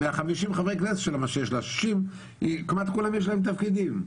מ-60 חברי הכנסת שיש לה, כמעט לכולם יש תפקידים.